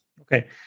Okay